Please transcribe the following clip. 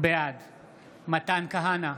בעד מתן כהנא,